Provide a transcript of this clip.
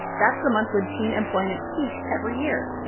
that's the month when teen employment peaks every year.